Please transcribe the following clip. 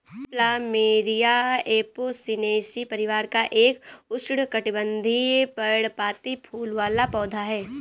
plumeria Apocynaceae परिवार का एक उष्णकटिबंधीय, पर्णपाती फूल वाला पौधा है